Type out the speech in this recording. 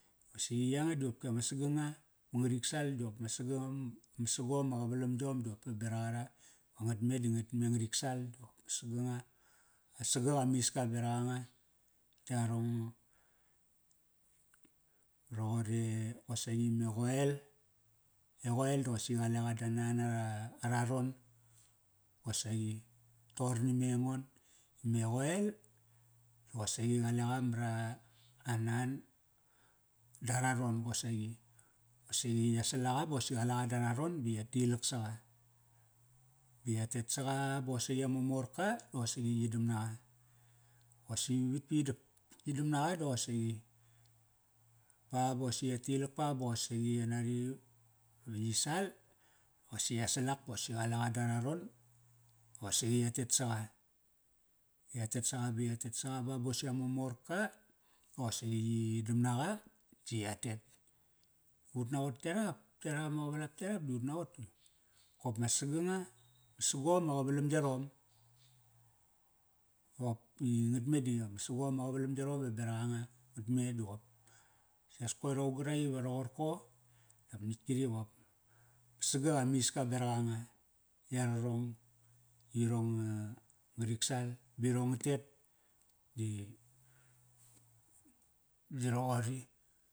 Qosaqi yanga dopki ama saganga, bapop ngarik sal di ama saganga, ma, ma sagom ama qavalam yom diqo pa berak ara va ngatme di ngatme ngarik sal diqop ma saganga. Ma sagak amiska berak anga. Yarong roqor e, qosaqi me qoel. E qoel da qosi qale qa da nan ara, araron. Qosaqi toqor na me engon. Me qoel di qosaqi qale qa mara, a nan dara ron qosaqi. Qosaqi ya sal aqa ba qosaqi qaleqa dara ron ba ya tilak saqa. Ba ya tet saqa ba qosi ama morka, da qosaqi yi dam naqa. Qosaqi vavit pa yi dap, yi dam naqa da qosaqi pa ba qosi ya tilak pa ba qosaqi ya nari ve yi sal, qosi ya sal ak pa qosi qalaqa dara ron, da qosaqi ya tet saqa. Ya tet saqa ba ya tet saqa ba bosi ama morka, da qosaqi yi dam naqa, si yatet. Ut naqot yarap, yarap ama qavalap yarap di ut naqot di, kop ma saganga Ma sagom ma qavalam yarom. Qopki ngat me di ama sagom ma qavalam yarom i va beraqa nga nga. Ngat me di qop, saqias koir aung qarak iva roqorko dap nitk kri qop, ma sagak amiska beraqa nga. Yararong, irong nga, ngarik sal, ba irong nga tet di, da roqori.